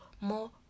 more